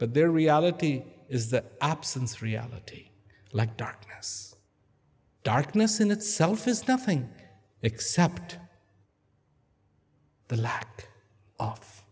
but there reality is that absence reality like dark darkness in itself is nothing except the lack of